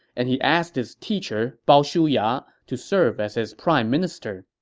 and he asked his teacher, bao shuya, to serve as his prime minister.